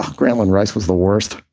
grantland rice was the worst.